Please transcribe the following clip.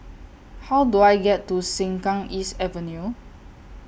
How Do I get to Sengkang East Avenue